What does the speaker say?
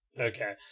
Okay